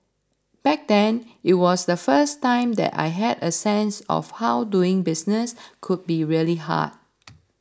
back then it was the first time that I had a sense of how doing business could be really hard